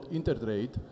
Intertrade